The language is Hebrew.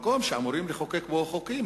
מקום שאמורים לחוקק בו חוקים.